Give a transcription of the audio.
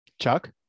Chuck